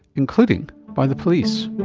including by the police.